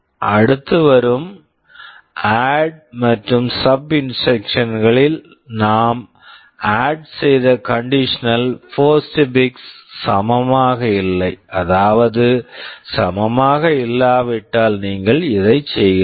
அடுத்து வரும் add ADD மற்றும் சப் SUB இன்ஸ்ட்ரக்க்ஷன்ஸ் instructions களில் நாம் ஆட் add செய்த கண்டிஷனல் போஸ்ட்ஃபிக்ஸ் conditional postfix சமமாக இல்லை அதாவது சமமாக இல்லாவிட்டால் நீங்கள் இதைச் செய்கிறீர்கள்